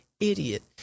Idiot